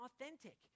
authentic